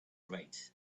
right